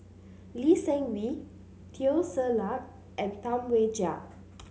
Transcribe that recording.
Lee Seng Wee Teo Ser Luck and Tam Wai Jia